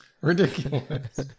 ridiculous